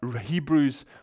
Hebrews